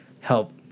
help